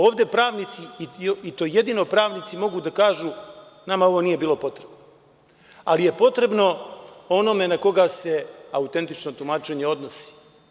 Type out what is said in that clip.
Ovde pravnici, i to jedino pravnici, mogu da kažu – nama ovo nije bilo potrebno, ali je potrebno onome na koga se autentično tumačenje odnosi.